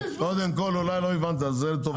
קודם כל אולי לא הבנת, זה לטובתכם.